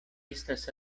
estas